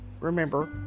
remember